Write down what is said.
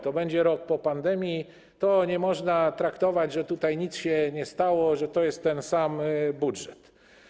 To będzie rok po pandemii i nie można tego tak traktować, że tutaj nic się nie stało, że to jest ten sam budżet.